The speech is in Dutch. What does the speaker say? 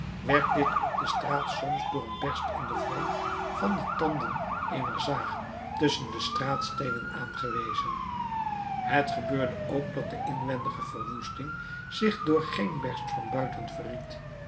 werd dit op de straat soms door een berst in den vorm van de tanden eener zaag tusschen de straatsteenen aangewezen het gebeurde ook dat de inwendige verwoesting zich door geen berst van